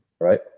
Right